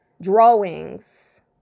drawings